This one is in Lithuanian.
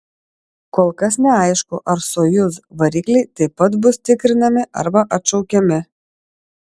kol kas neaišku ar sojuz varikliai taip pat bus tikrinami arba atšaukiami